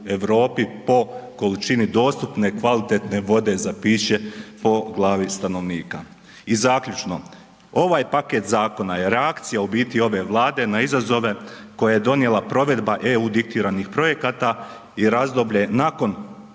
po količini dostupne kvalitetne vode za piće po glavi stanovnika. I zaključno, ovaj paket zakona je reakcija u biti ove Vlade na izazove koje je donijela provedba EU diktiranih projekata i razdoblje nakon